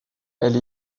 elle